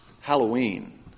Halloween